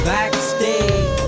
Backstage